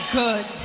good